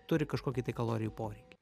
turi kažkokį tai kalorijų poreikį